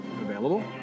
available